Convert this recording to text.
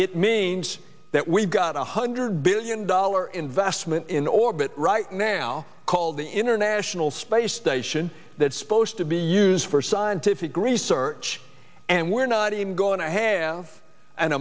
it means that we've got a hundred billion dollar investment in orbit right now called into a national space station that supposed to be used for scientific research and we're not even going to have an